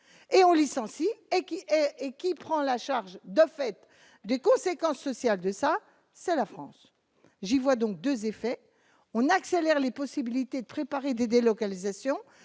et on licencie et qui équiperont la charge de fait des conséquences sociales de ça c'est la France, j'y vois donc 2 effets, on accélère les possibilités de préparer des délocalisations